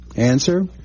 Answer